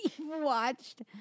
watched